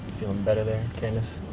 feeling better there, candace?